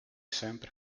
sempre